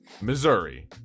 Missouri